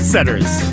Setters